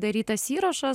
darytas įrašas